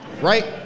right